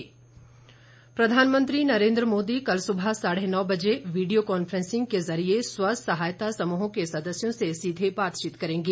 प्रधानमंत्री संवाद प्रधानमंत्री नरेन्द्र मोदी कल सुबह साढ़े नौ बजे वीडियो कॉन्फ्रेंसिंग के जरिए स्व सहायता समूहों के सदस्यों से सीधे बातचीत करेंगे